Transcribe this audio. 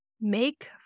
make